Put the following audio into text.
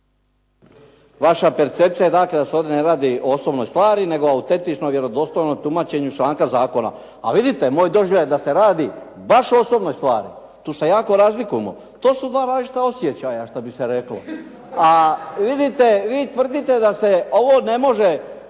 vaša percepcija dakle da se ovdje ne radi o osobnoj stvari nego o autentičnom vjerodostojnom tumačenju članka zakona. A vidite moj doživljaj da se radi baš o osobnoj stvari. Tu se jako razlikujemo, to su dva različita osjećaja što bi se reklo. A vidite vi tvrdite da se ovo ne može,